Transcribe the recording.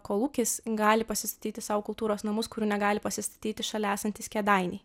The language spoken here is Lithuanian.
kolūkis gali pasistatyti sau kultūros namus kurių negali pasistatyti šalia esantys kėdainiai